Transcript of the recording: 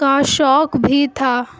کا شوق بھی تھا